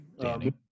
Danny